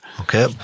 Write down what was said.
okay